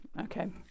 Okay